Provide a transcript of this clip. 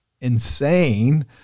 insane